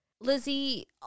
Lizzie